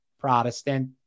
Protestant